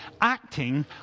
acting